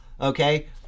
okay